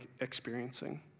experiencing